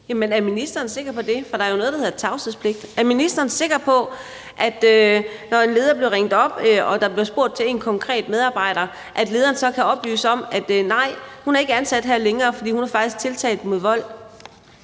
er ministeren sikker på det, for der er jo noget, der hedder tavshedspligt? Er ministeren sikker på, at når en leder bliver ringet op og der bliver spurgt til en konkret medarbejder, så kan lederen oplyse om, at vedkommende ikke er ansat der længere, fordi hun faktisk er tiltalt for vold?